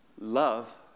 love